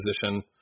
position